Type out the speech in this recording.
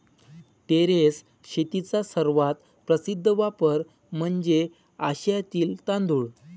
terrace शेतीचा सर्वात प्रसिद्ध वापर म्हणजे आशियातील तांदूळ